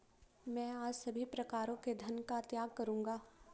मैं आज सभी प्रकारों के धन का त्याग करूंगा